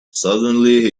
suddenly